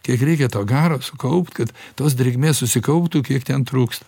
kiek reikia to garo sukaupt kad tos drėgmės susikauptų kiek ten trūksta